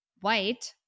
white